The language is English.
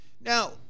Now